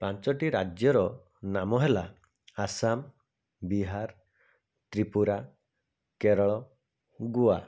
ପାଞ୍ଚଟି ରାଜ୍ୟର ନାମ ହେଲା ଆସାମ ବିହାର ତ୍ରିପୁରା କେରଳ ଗୋଆ